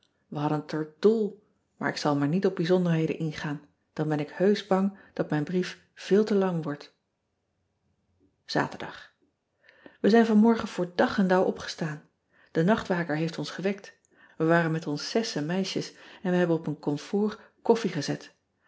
ij hadden het er dol maar ik zal maar niet op bijzonderheden ingaan dan ben ik heusch bang dat mijn brief veel te lang wordt aterdag e zijn vanmorgen voor dag en dauw opgestaan e nachtwaker heeft ons gewekt e waren islet ons zessen meisjes en we hebben op een komfoor koffie gezet